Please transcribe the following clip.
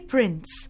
Prince